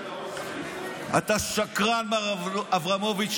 אתה שקרן, מר אברמוביץ'.